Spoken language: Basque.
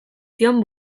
zion